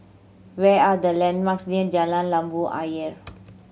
where are the landmarks near Jalan Labu Ayer